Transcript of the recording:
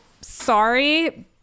Sorry